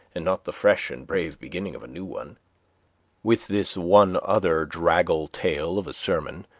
and not the fresh and brave beginning of a new one with this one other draggle-tail of a sermon,